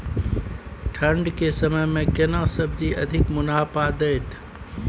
ठंढ के समय मे केना सब्जी अधिक मुनाफा दैत?